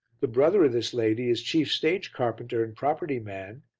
the brother of this lady is chief stage carpenter and property-man,